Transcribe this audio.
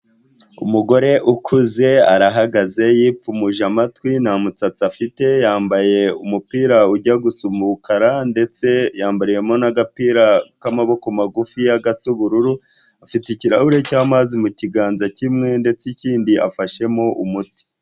Umugore ukuze arahagaze, yipfumuje amatwi, nta musatsi, afite yambaye umupira ujya gusa umbukara ndetse yambariyemo n'agapira k'amaboko magufiya gasa ubururu, afite ikirahure cy'amazi mu kiganza kimwe ndetse ikindi afashemo umuti.